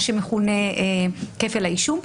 מה שמכונה כפל האישום.